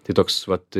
tai toks vat